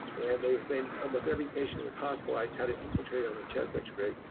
and they were saying almost every patient was hospitalized had an infiltrate on the chest x-ray.